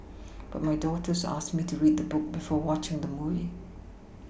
but my daughters asked me to read the book before watching the movie